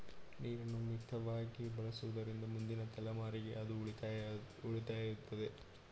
ನೀರನ್ನು ಮಿತವಾಗಿ ಬಳಸುವುದರಿಂದ ಮುಂದಿನ ತಲೆಮಾರಿಗೆ ಅದು ಉಳಿಯುತ್ತದೆ